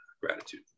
gratitude